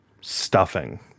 stuffing